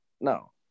No